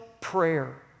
prayer